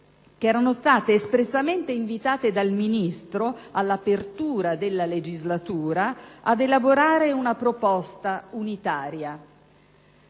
che erano state espressamente invitate dal Ministro all'apertura della legislatura ad elaborare una proposta unitaria.